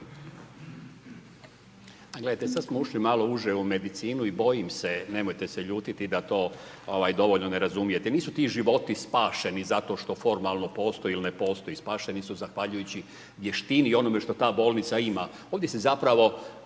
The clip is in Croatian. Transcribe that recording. Gledajte sad smo ušli malo uže u medicinu i bojim se nemojte se ljutiti da to dovoljno ne razumijete. Nisu ti životi spašeni zato što formalno postoji ili ne postoji, spašeni su zahvaljujući vještini i onome što ta bolnica ima. Ovdje se zapravo